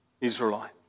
Israelite